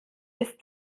ist